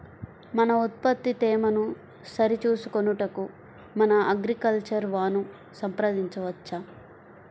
మన ఉత్పత్తి తేమను సరిచూచుకొనుటకు మన అగ్రికల్చర్ వా ను సంప్రదించవచ్చా?